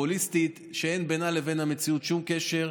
פופוליסטית שאין בינה לבין המציאות שום קשר.